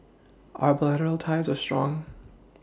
our bilateral ties are strong